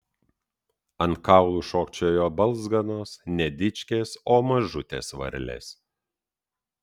ant kaulų šokčiojo balzganos ne dičkės o mažutės varlės